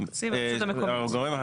הגורם,